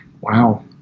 Wow